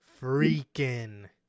freaking